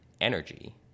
energy